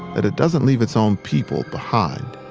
that it doesn't leave its own people behind